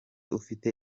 ufite